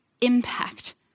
impact